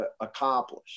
accomplish